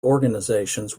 organizations